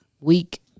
week